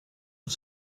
auf